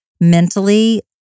mentally